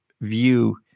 view